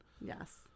Yes